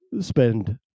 spend